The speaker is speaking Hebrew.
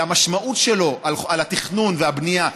שהמשמעות שלו לתכנון והבנייה,